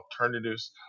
alternatives